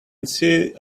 see